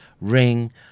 ring